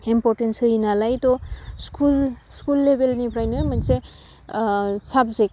importance होयो नालायथ' school लेबेलनिफ्रायनो मोनसे साबजेक्ट